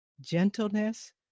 gentleness